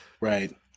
Right